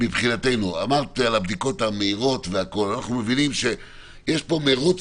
אמרת על הבדיקות המהירות; אנחנו מבינים שיש פה מרוץ